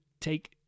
take